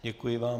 Děkuji vám.